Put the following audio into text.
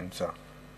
נמצא.